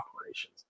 operations